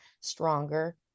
Stronger